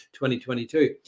2022